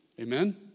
Amen